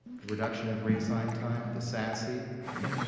reduction of reassigned time, the sasi yeah.